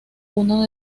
uno